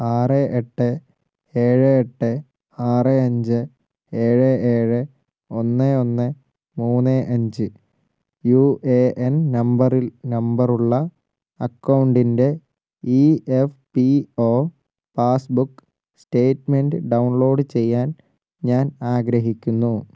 ആറ് എട്ട് ഏഴ് എട്ട് ആറ് അഞ്ച് ഏഴ് ഏഴ് ഒന്ന് ഒന്ന് മൂന്ന് അഞ്ച് യു എ എൻ നമ്പറിൽ നമ്പറുള്ള അക്കൗണ്ടിൻ്റെ E F P O passbook statement download ചെയ്യാൻ ഞാൻ ആഗ്രഹിക്കുന്നു